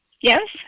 Yes